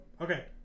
okay